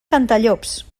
cantallops